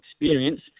experience